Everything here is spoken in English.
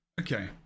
Okay